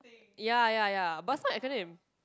ya ya ya but it's not acronym